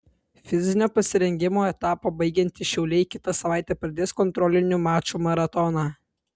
fizinio pasirengimo etapą baigiantys šiauliai kitą savaitę pradės kontrolinių mačų maratoną